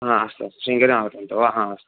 आ अस्तु अस्तु शृङ्गेर्याम् आगतवन्तो वा हा अस्तु अस्